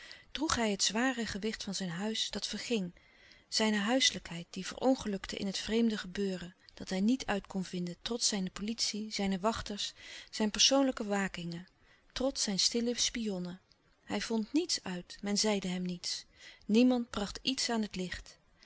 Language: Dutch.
droeg hij het zware gewicht van zijn huis dat verging zijne huiselijkheid die verongelukte in het vreemde gebeuren dat hij niet uit kon vinden trots zijne politie zijn wachters zijn persoonlijke wakingen trots zijn stille spionnen hij vond niets uit men zeide hem niets niemand bracht iets aan het licht